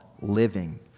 living